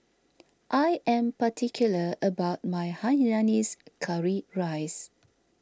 I am particular about my Hainanese Curry Rice